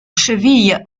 cheville